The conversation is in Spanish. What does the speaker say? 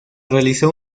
realizó